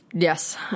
Yes